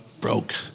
broke